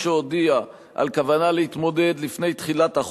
שהודיע על כוונה להתמודד לפני תחילת החוק,